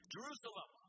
Jerusalem